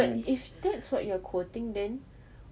but if that's what you're quoting then